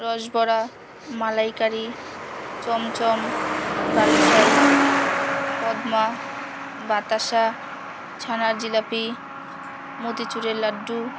রসবড়া মালাইকারি চমচম বালুশাই কদমা বাতাসা ছানার জিলাপি মতিচুড়ের লাড্ডু